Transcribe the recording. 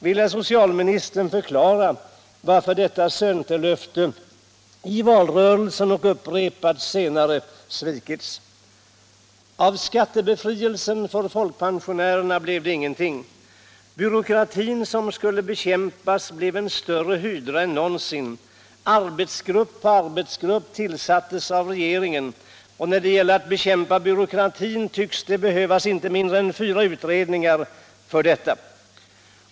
Vill herr socialministern förklara varför detta centerlöfte i valrörelsen — upprepat senare — har svikits? Av skattebefrielsen för folkpensionärerna blev det ingenting. Byråkratin som skulle bekämpas blev en större hydra än någonsin. Arbetsgrupp på arbetsgrupp tillsattes av regeringen, och för att bekämpa byråkratin tycks det behövas inte mindre än fyra utredningar.